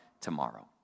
tomorrow